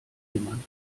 jemand